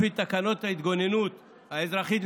לפי תקנות ההתגוננות האזרחית,